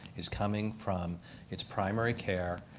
is coming from it's primary care.